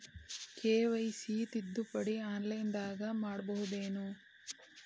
KYC ತಿದ್ದುಪಡಿ ಆನ್ಲೈನದಾಗ್ ಮಾಡ್ಬಹುದೇನು?